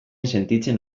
sentitzen